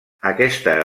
aquesta